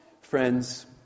Friends